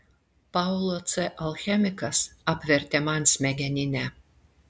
paulo c alchemikas apvertė man smegeninę